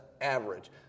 average